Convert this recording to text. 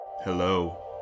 Hello